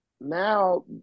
now